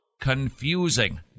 confusing